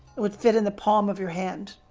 it would fit in the palm of your hand.